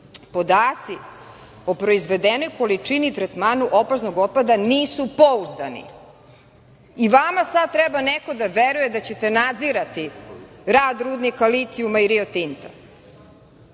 podaci o proizvedenoj količini i tretmanu opasnog otpada nisu pouzdani“.I vama sad treba neko da veruje da ćete nadzirati rad rudnika litijuma i „Rio Tinta“?